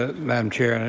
madam chair. and